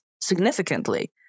significantly